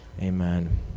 amen